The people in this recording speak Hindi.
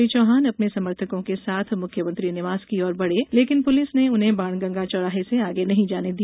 श्री चौहान अपने समर्थकों के साथ मुख्यमंत्री निवास की ओर बढे लेकिन पुलिस ने उन्हें बाणगंगा चौराहे से आगे नहीं जाने दिया